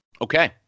Okay